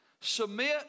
submit